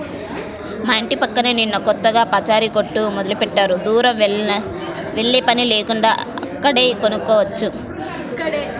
మా యింటి పక్కనే నిన్న కొత్తగా పచారీ కొట్టు మొదలుబెట్టారు, దూరం వెల్లేపని లేకుండా ఇక్కడే కొనుక్కోవచ్చు